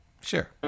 Sure